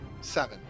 Seven